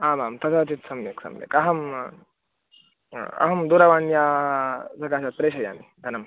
आमाम् तदा चेत् सम्यक् सम्यक् अहम् अहं दूरवाण्यां धनं प्रेषयामि धनम्